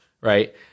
Right